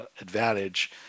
advantage